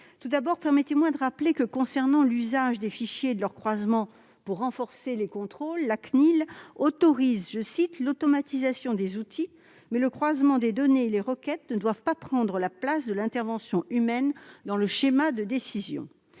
Tout d'abord, permettez-moi de rappeler que, concernant l'usage des fichiers et de leur croisement pour renforcer les contrôles, la CNIL autorise « l'automatisation des outils, mais le croisement des données et les requêtes ne doivent pas prendre la place de l'intervention humaine dans le schéma de décision ».